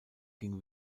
ging